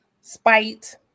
spite